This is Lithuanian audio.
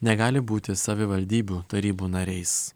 negali būti savivaldybių tarybų nariais